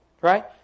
right